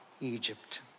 Egypt